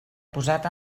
posat